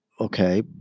okay